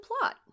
plot